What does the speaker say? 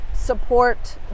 support